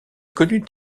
connut